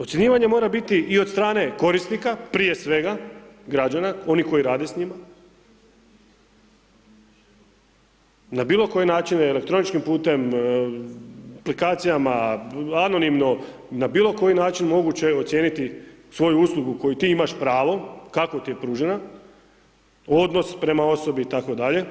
Ocjenjivanje mora biti i od strane korisnika, prije svega građana oni koji rade s njima, na bilo koji način elektroničkim putem, aplikacijama, anonimno, na bilo koji način moguće je ocijeniti svoju uslugu koju ti imaš pravo, kako ti je pružena, odnos prema osobi itd.